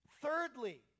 Thirdly